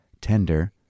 tender